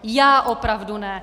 Já opravdu ne.